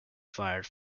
fired